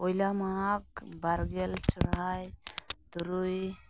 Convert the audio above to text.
ᱯᱚᱭᱞᱟ ᱢᱟᱜᱽ ᱵᱟᱨᱜᱮᱞ ᱥᱚᱨᱦᱟᱭ ᱛᱩᱨᱩᱭ